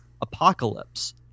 Apocalypse